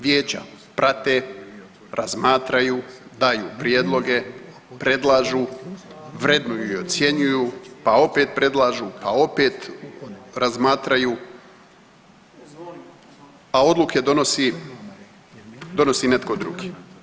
Vijeća prate, razmatraju, daju prijedloge, predlažu, vrednuju i ocjenjuju, pa opet predlažu, pa opet razmatraju, a odluke donosi netko drugi.